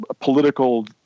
political